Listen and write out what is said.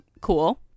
cool